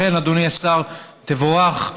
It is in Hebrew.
לכן, אדוני השר, תבורך.